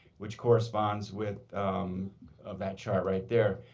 which corresponds with that chart right there.